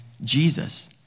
Jesus